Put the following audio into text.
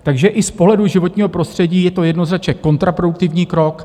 Takže i z pohledu životního prostředí je to jednoznačně kontraproduktivní krok.